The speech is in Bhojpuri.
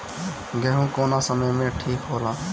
गेहू कौना समय मे ठिक होला?